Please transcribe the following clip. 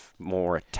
More